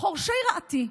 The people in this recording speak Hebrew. חורשי רעתי.